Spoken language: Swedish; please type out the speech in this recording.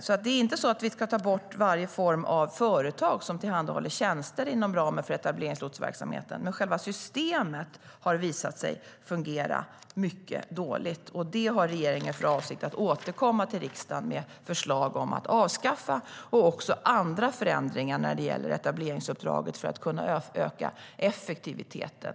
Vi ska inte ta bort varje form av företag som tillhandahåller tjänster inom ramen för etableringslotsverksamheten. Men själva systemet har visat sig fungera mycket dåligt, och regeringen har för avsikt att återkomma till riksdagen med förslag om att avskaffa det. Det handlar också om andra förändringar när det gäller etableringsuppdraget för att kunna öka effektiviteten.